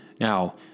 Now